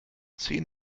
zehn